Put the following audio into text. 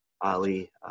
Ali